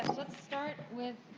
let's start with